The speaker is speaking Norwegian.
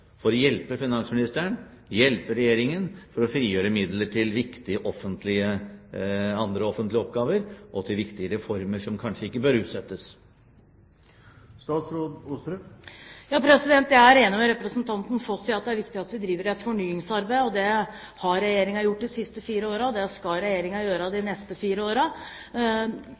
for å hjelpe finansministeren, hjelpe Regjeringen, med å frigjøre midler til andre offentlige oppgaver og viktige reformer som kanskje ikke bør utsettes? Jeg er enig med representanten Foss i at det er viktig at vi driver et fornyingsarbeid. Det har Regjeringen gjort de siste fire årene, og det skal Regjeringen gjøre de neste fire